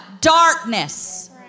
Darkness